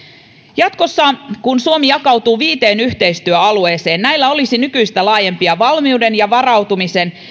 jatkossa kun suomi jakautuu viiteen yhteistyöalueeseen näillä olisi nykyistä laajempia valmiuden ja varautumisen